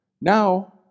Now